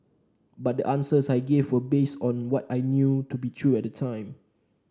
but the answers I gave were based on what I knew to be true at the time